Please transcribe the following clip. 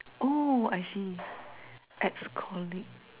oh I see ex colleague